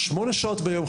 שמונה שעות ביום,